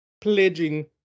pledging